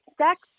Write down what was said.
sex